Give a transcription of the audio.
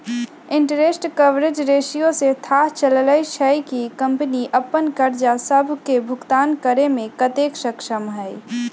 interest coverage ratio से थाह चललय छै कि कंपनी अप्पन करजा सभके भुगतान करेमें कतेक सक्षम हइ